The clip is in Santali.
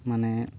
ᱢᱟᱱᱮ